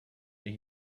and